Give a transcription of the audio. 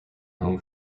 home